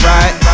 Right